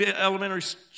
Elementary